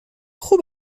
خوب